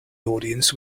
audience